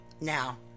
Now